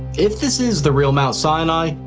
if this is the real mount sinai,